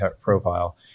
profile